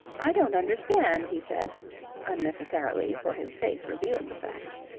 i don't understand, he said unnecessarily, for his face revealed the fact.